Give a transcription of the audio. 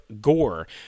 Gore